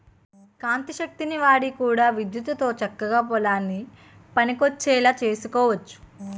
కాంతి శక్తిని వాడి కూడా విద్యుత్తుతో చక్కగా పొలానికి పనికొచ్చేలా సేసుకోవచ్చు